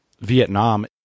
Vietnam